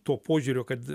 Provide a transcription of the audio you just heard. to požiūrio kad